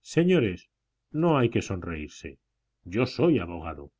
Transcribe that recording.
señores no hay que sonreírse yo soy abogado